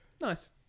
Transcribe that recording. Nice